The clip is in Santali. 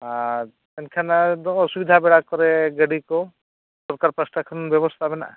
ᱟᱨ ᱢᱮᱱᱠᱷᱟᱱ ᱟᱫᱚ ᱚᱥᱩᱵᱤᱫᱟ ᱵᱮᱲᱟ ᱠᱚᱨᱮᱜ ᱜᱟᱹᱰᱤ ᱠᱚ ᱥᱚᱨᱠᱟᱨ ᱯᱟᱥᱴᱟ ᱠᱷᱚᱱᱟᱜ ᱵᱮᱵᱚᱥᱛᱷᱟ ᱢᱮᱱᱟᱜᱼᱟ